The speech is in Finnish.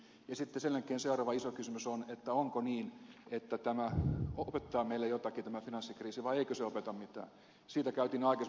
sitten sen jälkeen seuraava iso kysymys on onko niin että tämä finanssikriisi opettaa meille jotakin vai eikö se opeta mitään siitä käytin jo aikaisemmin puheenvuoron